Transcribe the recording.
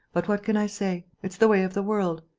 but what can i say? it's the way of the world.